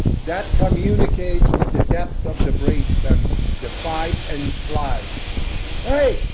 that communicates with the depth of the brainstem the fight and flight hey,